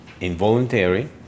involuntary